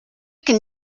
can